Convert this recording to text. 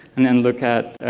and then look at